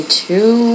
two